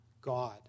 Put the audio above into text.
God